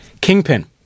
Kingpin